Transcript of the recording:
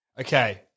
Okay